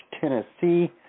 Tennessee